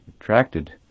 attracted